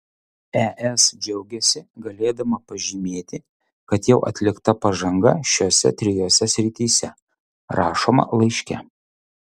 es džiaugiasi galėdama pažymėti kad jau atlikta pažanga šiose trijose srityse rašoma laiške